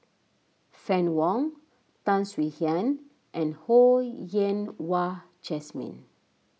Fann Wong Tan Swie Hian and Ho Yen Wah Jesmine